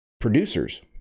Producers